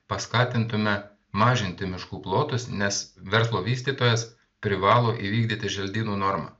paskatintume mažinti miškų plotus nes verslo vystytojas privalo įvykdyti želdynų normą